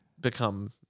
become